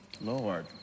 Lord